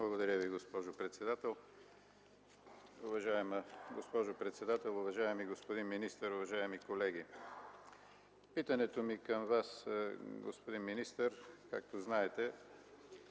Благодаря Ви, госпожо председател. Уважаема госпожо председател, уважаеми господин министър, уважаеми колеги! Питането ми към Вас, господин министър, както знаете,